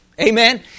Amen